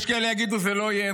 יש כאלה שיגידו: זה לא יהיה,